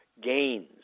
gains